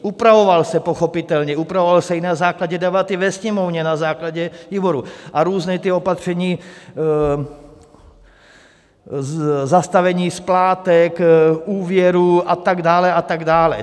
Upravoval se, pochopitelně, upravoval se i na základě debaty ve Sněmovně, na základě výboru, a různá ta opatření zastavení splátek úvěru a tak dále.